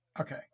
Okay